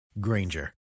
Granger